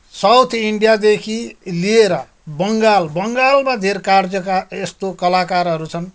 south इन्डियादेखि लिएर बङ्गाल बङ्गालमा धेर कार्यका यस्तो कलाकारहरू छन्